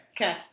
Okay